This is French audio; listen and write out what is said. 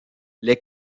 les